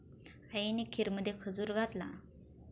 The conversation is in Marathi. आईने खीरमध्ये खजूर घातला